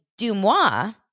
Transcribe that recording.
Dumois